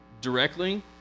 directly